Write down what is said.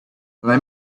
let